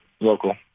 local